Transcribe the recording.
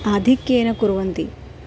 आधिक्येन कुर्वन्ति